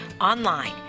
online